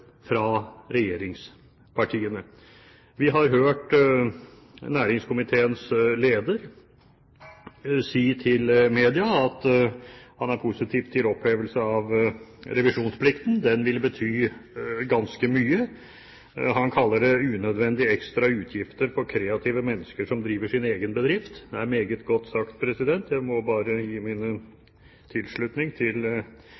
fra regjeringspartiene. Vi har hørt næringskomiteens leder si til media at han er positiv til opphevelse av revisjonsplikten. Den vil bety ganske mye. Han kaller det «unødvendig ekstra utgifter for kreative mennesker som driver sin egen bedrift». Det er meget godt sagt – jeg må bare gi min